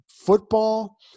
Football